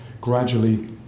gradually